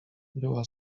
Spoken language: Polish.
była